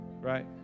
right